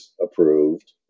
approved